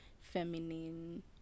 feminine